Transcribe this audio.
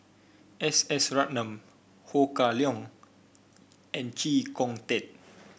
S S Ratnam Ho Kah Leong and Chee Kong Tet